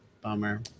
Bummer